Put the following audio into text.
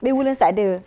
habis woodlands tak ada